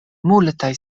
multaj